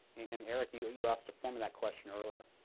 and, eric, you you asked a form of that question earlier.